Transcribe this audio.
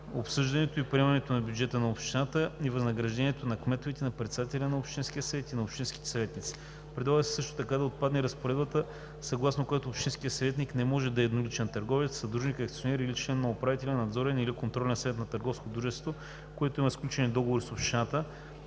обсъждането и приемането на бюджета на общината и възнаграждението на кметовете, на председателя на общинския съвет и на общинските съветници. Предлага се също така да отпадне разпоредбата, съгласно която общински съветник не може да е едноличен търговец, съдружник, акционер, член на управителен, надзорен или контролен съвет на търговско дружество, което има сключени договори с общината,